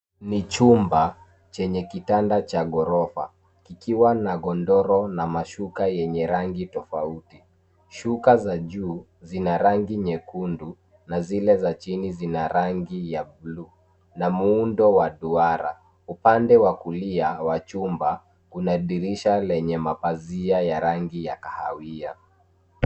Ni chumba chenye kitanda cha ghorofa kikiwa na godoro na mashuka yenye rangi tofauti. Shuka za juu zina rangi nyekundu na zile za chini zina rangi ya blue na muundo wa duara. Upande wa kulia wa chumba kuna dirisha lenye mapazia ya rangi ya kahawia.